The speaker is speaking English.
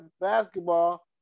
basketball